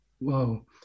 Whoa